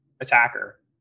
attacker